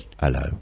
Hello